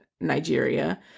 Nigeria